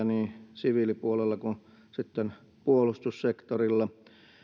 niin siviilipuolella kuin sitten puolustussektorilla